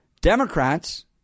Democrats